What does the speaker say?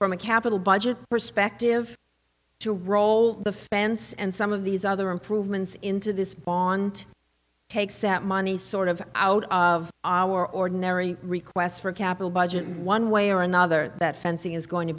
from a capital budget perspective to roll the fence and some of these other improvements into this bond takes that money sort of out of our ordinary requests for capital budget one way or another that fencing is going to